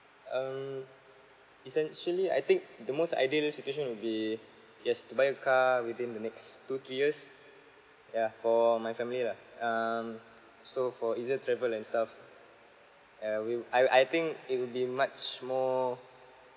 um essentially I think the most ideal situation will be yes to buy a car within the next two three years yeah for my family lah um so for easier travel and stuff yeah will I I think it will be much more